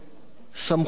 סמכויות.